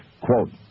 Quote